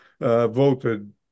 Voted